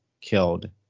killed